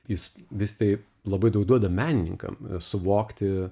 jis vis tai labai daug duoda menininkam suvokti